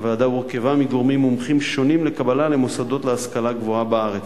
הוועדה הורכבה מגורמים מומחים שונים לקבלה למוסדות להשכלה גבוהה בארץ.